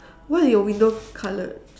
what are your window colour